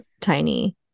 tiny